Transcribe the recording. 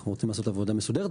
אנחנו רוצים לעשות עבודה מסודרת.